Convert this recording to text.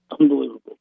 Unbelievable